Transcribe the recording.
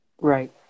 Right